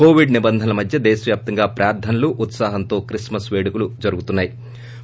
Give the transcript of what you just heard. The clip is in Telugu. కోవిడ్ నిబంధనల మధ్య దేశవ్యాప్తంగా ప్రార్లనలు ఉత్పాహంతో క్రిస్మస్ పేడుకలు జరిగాయి